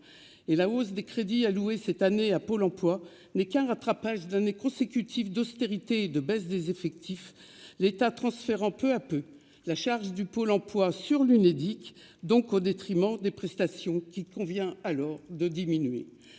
et la hausse des crédits alloués cette année à Pôle emploi n'est qu'un rattrapage d'année consécutive d'austérité de baisse des effectifs, l'État transfère un peu à peu la charge du pôle emploi sur l'Unédic, donc au détriment des prestations qu'il convient alors de diminuer